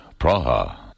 Praha